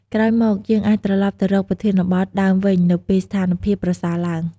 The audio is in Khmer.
ក្រោយមក យើងអាចត្រឡប់ទៅរកប្រធានបទដើមវិញនៅពេលស្ថានភាពប្រសើរឡើង។